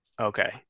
Okay